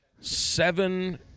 seven